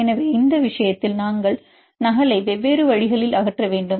எனவே இந்த விஷயத்தில் நாங்கள் நகலை வெவ்வேறு வழிகளில் அகற்ற வேண்டும்